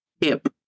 hip